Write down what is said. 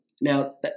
now